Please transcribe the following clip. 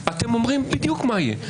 אתם אומרים בדיוק מה יהיה.